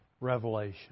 revelation